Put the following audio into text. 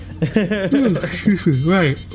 Right